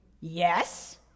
Yes